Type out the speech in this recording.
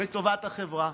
לטובת החברה,